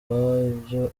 ibyo